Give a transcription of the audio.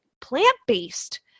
plant-based